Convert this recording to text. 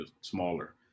smaller